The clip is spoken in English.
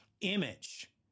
Image